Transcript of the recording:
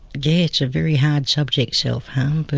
yeah, it's a very hard subject, self harm. but